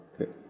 okay